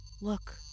Look